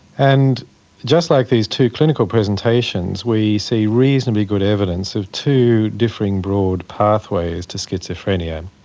and just like these two clinical presentations, we see reasonably good evidence of two differing broad pathways to schizophrenia.